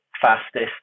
fastest